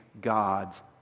God's